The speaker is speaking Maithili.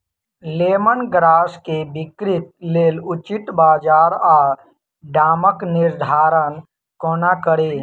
लेमन ग्रास केँ बिक्रीक लेल उचित बजार आ दामक निर्धारण कोना कड़ी?